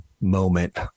moment